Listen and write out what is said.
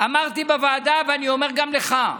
אמרתי בוועדה ואני אומר גם לך,